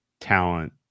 talent